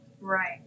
Right